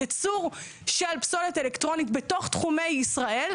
ייצור של פסולת אלקטרונית בתוך תחומי ישראל,